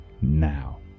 now